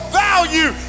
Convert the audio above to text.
value